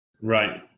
Right